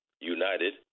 United